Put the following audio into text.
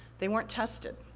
they weren't tested.